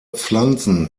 pflanzen